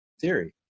theory